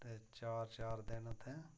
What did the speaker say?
ते चार चार दिन उत्थें